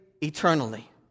eternally